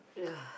ya